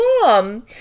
mom